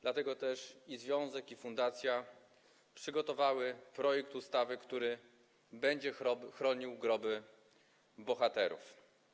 Dlatego też i związek, i fundacja przygotowały projekt ustawy, który będzie chronił groby bohaterów.